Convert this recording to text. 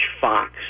Fox